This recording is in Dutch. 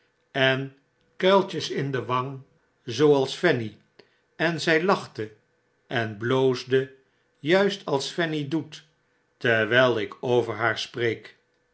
en kuiltje in de wang zooals fanny en zy lachte en bloosde juist als fanny doet terwyl ik over haar spreek